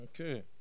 Okay